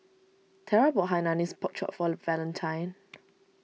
Tera bought Hainanese Pork Chop for Valentine